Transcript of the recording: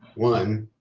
one,